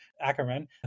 Ackerman